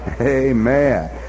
Amen